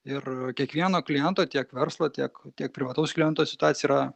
ir kiekvieno kliento tiek verslo tiek tiek privataus kliento situacija yra